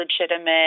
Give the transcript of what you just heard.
legitimate